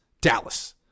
Dallas